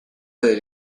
del